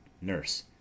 Nurse